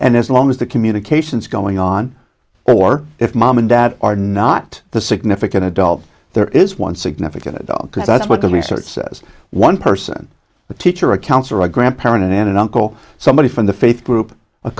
and as long as the communication is going on or if mom and dad are not the significant adult there is one significant adult that's what the research says one person a teacher a counselor a grandparent an aunt and uncle somebody from the faith group a